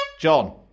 John